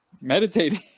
meditating